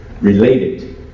related